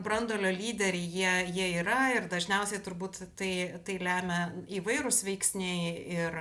branduolio lyderiai jie jie yra ir dažniausiai turbūt tai tai lemia įvairūs veiksniai ir